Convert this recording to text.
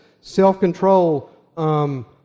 self-control